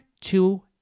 two